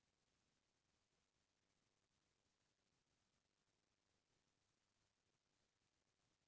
आज के बेरा म कोनो भी काम धंधा के सुरूवात ह बिना पइसा के होबे नइ करय